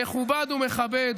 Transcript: מכובד ומכבד.